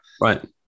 Right